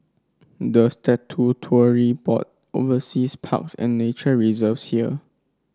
the statutory board oversees parks and nature reserves here